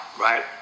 right